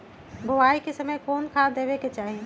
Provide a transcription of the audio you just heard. बोआई के समय कौन खाद देवे के चाही?